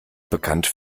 bekannt